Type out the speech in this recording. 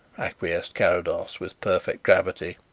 acquiesced carrados, with perfect gravity.